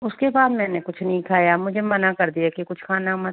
उसके बाद मैंने कुछ नहीं खाया मुझे मना कर दिया कि कुछ खाना मत